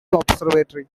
observatory